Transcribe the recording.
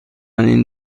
این